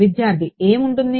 విద్యార్థి ఏమి ఉంటుంది